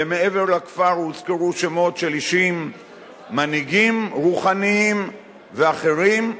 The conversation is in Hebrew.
ומעבר לכפר הוזכרו שמות של מנהיגים רוחניים ואחרים,